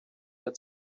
der